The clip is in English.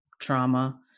trauma